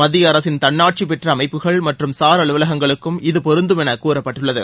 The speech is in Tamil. மத்திய அரசின் தன்னாட்சி பெற்ற அமைப்புகள் மற்றும் சார் அலுவலகங்களுக்கும் இது பொருந்தும் என கூறப்பட்டுள்ளது